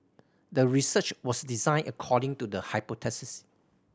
the research was designed according to the hypothesis